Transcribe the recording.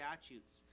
statutes